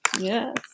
Yes